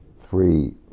Three